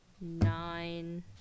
Nine